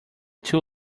too